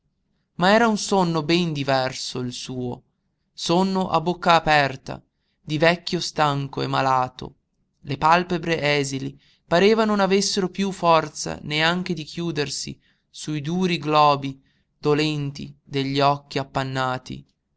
ma era un sonno ben diverso il suo sonno a bocca aperta di vecchio stanco e malato le palpebre esili pareva non avessero piú forza neanche di chiudersi sui duri globi dolenti degli occhi appannati